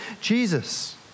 Jesus